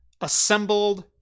assembled